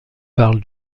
parle